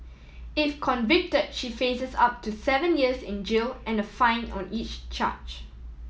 if convicted she faces up to seven years in jail and a fine on each charge